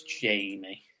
jamie